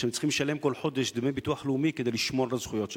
שהם צריכים לשלם כל חודש דמי ביטוח לאומי כדי לשמור את הזכויות שלהם.